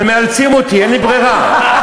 אבל מאלצים אותי, אין לי ברירה.